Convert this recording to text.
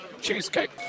Cheesecake